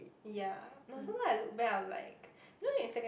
ya but sometime I look back I'm like you know in secondary